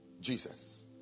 Jesus